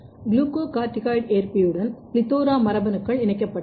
glucocorticoid ஏற்பியுடன் PLETHORA மரபணுக்கள் இணைக்கப்பட்டன